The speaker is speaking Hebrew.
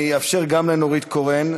אני אאפשר גם לנורית קורן.